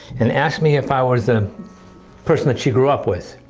and asked me if i was the person that she grew up with.